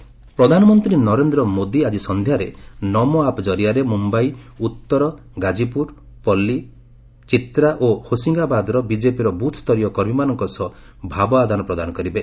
PM BJP workers ପ୍ରଧାନମନ୍ତ୍ରୀ ନରେନ୍ଦ୍ର ମୋଦି ଆଜି ସନ୍ଧ୍ୟାରେ ନମୋ ଆପ୍ ଜରିଆରେ ମୁମ୍ୟାଇ ଉତ୍ତର ଗାଜିପୁର ପଲୀ ଚତ୍ରା ଓ ହୋସିଙ୍ଗାବାଦର ବିଜେପିର ବୁଥ୍ ସ୍ତରୀୟ କର୍ମୀମାନଙ୍କ ସହ ଭାବ ଆଦାନ ପ୍ରଦାନ କରିବେ